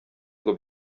ngo